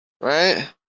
Right